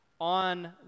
on